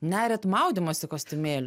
neriat maudymosi kostiumėliu